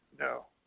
no.